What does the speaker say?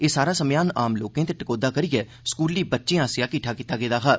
एह् सारा समेयान आम लोकें ते टकोह्दा करियै स्कूली बच्चें आसेआ किट्ठा कीता गेदा हा